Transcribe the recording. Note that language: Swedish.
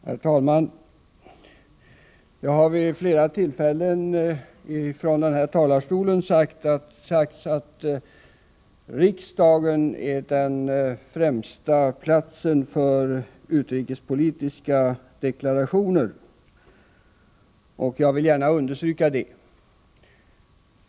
Herr talman! Det har vid flera tillfällen från den här talarstolen sagts att riksdagen är den främsta platsen för utrikespolitiska deklarationer. Jag vill gärna understryka det.